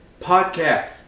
podcast